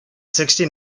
sixty